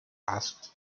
asked